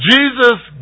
Jesus